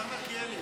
השר מלכיאלי.